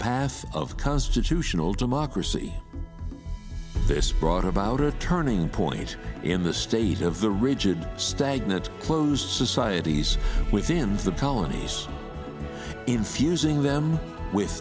path of constitutional democracy this brought about a turning point in the state of the rigid stagnant closed societies within the colonies infusing them with